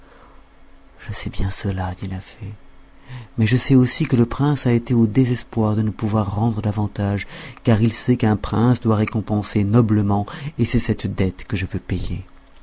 je sais bien cela dit la fée mais je sais aussi que le prince a été au désespoir de ne pouvoir rendre davantage car il sait qu'un prince doit récompenser noblement et c'est cette dette que je veux payer